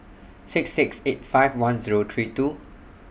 six six eight five one Zero three two